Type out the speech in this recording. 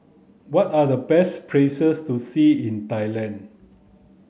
what are the best places to see in Thailand